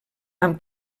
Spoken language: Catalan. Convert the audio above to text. amb